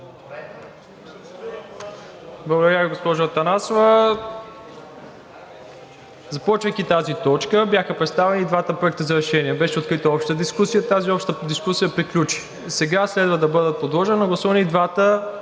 Благодаря Ви, госпожо Атанасова. Започвайки тази точка, бяха представени двата проекта за решение. Беше открита обща дискусия. Тази обща дискусия приключи. Сега следва да бъдат подложени на гласуване и двата